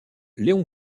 leon